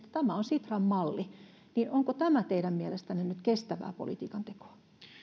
tämä on sitran malli niin onko tämä teidän mielestänne nyt kestävää politiikantekoa